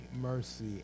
mercy